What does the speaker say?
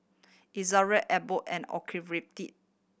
Ezerra Abbott and Ocuvite